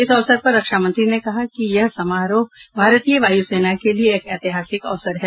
इस अवसर पर रक्षामंत्री ने कहा कि यह समारोह भारतीय वायुसेना के लिए एक ऐतिहासिक अवसर है